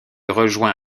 rejoint